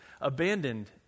abandoned